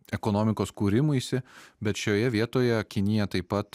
ekonomikos kūrimuisi bet šioje vietoje kinija taip pat